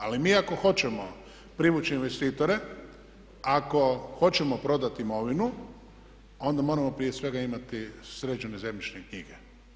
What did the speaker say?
Ali mi ako hoćemo privući investitore, ako hoćemo prodati imovinu, onda moramo prije svega imati sređene zemljišne knjige.